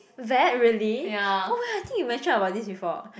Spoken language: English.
vet really oh my I think you mention about this before